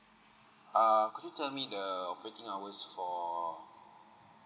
uh could you tell me the operating hours for